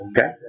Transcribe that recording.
Okay